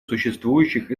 существующих